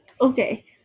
Okay